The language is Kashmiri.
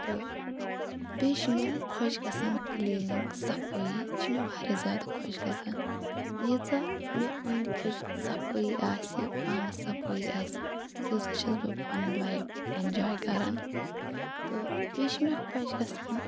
تہٕ بیٚیہِ چھُ مےٚ خۄش گَژھان کٕلیٖنِنٛگ صَفٲیٖی چھِ مےٚ واریاہ زِیادٕ خۄش گَژھان ییٖژہ مےٚ أنٛدۍ پٔکۍ صَفٲیٖی آسہِ پانَس صَفٲیٖی آسہِ تیٖژہ چھس بہٕ پَنٕنۍ لایِف اینجاے کَران تہٕ بیٚیہِ چھِ مےٚ خۄش گَژھان